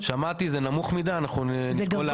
שמעתי, זה נמוך מידי אנחנו נשקול לעלות את זה.